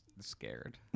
Scared